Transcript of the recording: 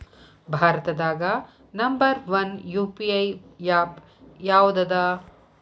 ಭಾರತದಾಗ number one UPI app ಯಾವದದ